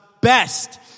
best